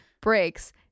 breaks